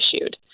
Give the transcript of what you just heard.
issued